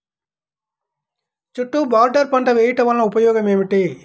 చుట్టూ బోర్డర్ పంట వేయుట వలన ఉపయోగం ఏమిటి?